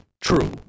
true